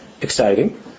exciting